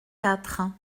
quatre